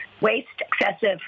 waste-excessive